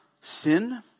sin